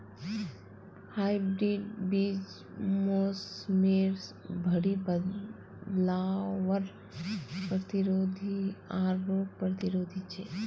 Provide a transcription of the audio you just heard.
hybrid बीज मोसमेर भरी बदलावर प्रतिरोधी आर रोग प्रतिरोधी छे